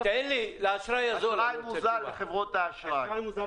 אשראי מוזל לחברות האשראי.